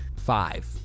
five